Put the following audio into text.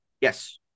Yes